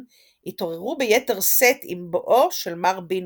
התעוררו ביתר שאת עם בואו של מר בינגלי.